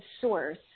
source